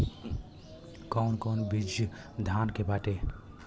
कौन कौन बिज धान के बाटे?